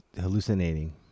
Hallucinating